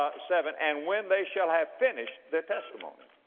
ah seven, and when they shall have finished their testimony.